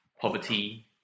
poverty